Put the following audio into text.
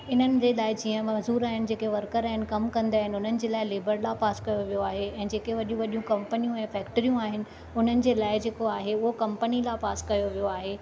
हिननि जे लाइ जीअं माज़ूर आहिनि जेके वरकर आहिनि कम कंदा आहिनि हुननि जे लाइ लेबर लॉ पास कयो वियो आहे ऐं जेके वॾियूं वॾियूं कम्पनियूं ऐं फ़ेक्ट्रियूं आहिनि हुननि जे लाइ जेको आहे हूअ कम्पनी लॉ पास कयो वियो आहे